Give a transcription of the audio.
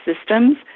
systems